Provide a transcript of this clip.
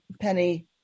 Penny